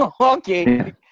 Okay